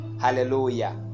Hallelujah